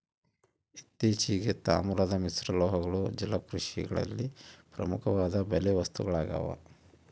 ಇತ್ತೀಚೆಗೆ, ತಾಮ್ರದ ಮಿಶ್ರಲೋಹಗಳು ಜಲಕೃಷಿಯಲ್ಲಿ ಪ್ರಮುಖವಾದ ಬಲೆ ವಸ್ತುಗಳಾಗ್ಯವ